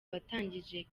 watangije